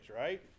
right